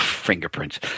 fingerprints